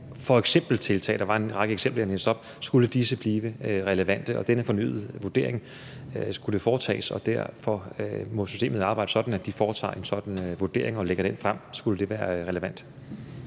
– f.eks. tiltag; der var en række eksempler, jeg læste op – og at denne fornyede vurdering skulle foretages. Derfor må systemet arbejde, sådan at de foretager en sådan vurdering og lægger den frem, skulle det være relevant.